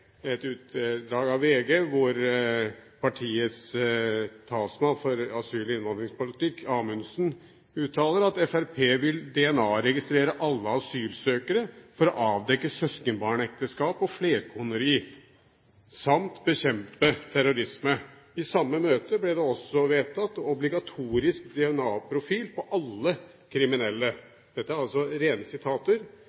et utdrag av VG hvor partiets talsmann for asyl- og innvandringspolitikk, Amundsen, uttaler at Fremskrittspartiet vil DNA-registrere alle asylsøkere for å avdekke søskenbarnekteskap og flerkoneri, samt bekjempe terrorisme. I samme møte ble det også vedtatt obligatorisk DNA-profil på alle kriminelle.